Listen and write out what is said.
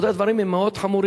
רבותי, הדברים הם מאוד חמורים.